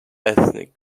ethnic